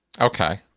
Okay